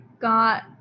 got